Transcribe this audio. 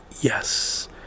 yes